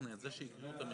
איזה מהתקנות?